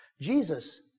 Jesus